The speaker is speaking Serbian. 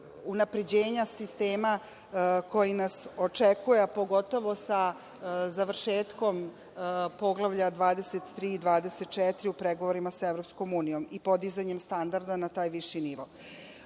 unapređenja sistema koji nas očekuje, a pogotovo sa završetkom poglavlja 23 i 24 u pregovorima sa EU i podizanjem standarda na taj viši nivo. Ono